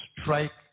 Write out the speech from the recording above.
strike